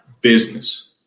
business